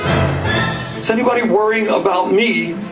so anybody worrying about me.